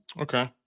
Okay